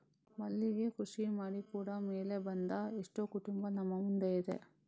ಮಲ್ಲಿಗೆ ಕೃಷಿ ಮಾಡಿ ಕೂಡಾ ಮೇಲೆ ಬಂದ ಎಷ್ಟೋ ಕುಟುಂಬ ನಮ್ಮ ಮುಂದೆ ಇದೆ